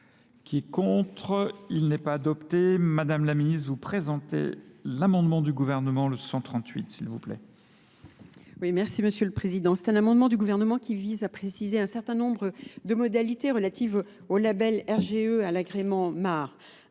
Qui est contre ? Il n'est pas adopté. Madame la Ministre, vous présentez l'amendement du gouvernement le 138, s'il vous plaît. Oui, merci Monsieur le Président. C'est un amendement du gouvernement qui vise à préciser un certain nombre de modalités relatives au label RGE à l'agrément MAR.